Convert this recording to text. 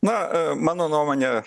na mano nuomonė